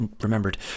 remembered